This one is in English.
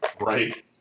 Right